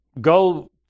go